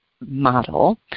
model